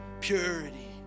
purity